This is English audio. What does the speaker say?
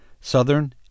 southern